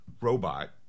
robot